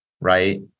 right